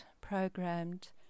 programmed